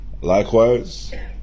Likewise